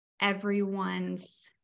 everyone's